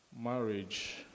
marriage